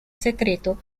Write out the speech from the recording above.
secreto